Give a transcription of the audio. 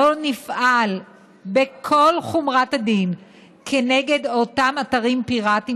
לא נפעל בכל חומרת הדין כנגד אותם אתרים פיראטיים,